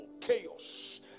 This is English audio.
chaos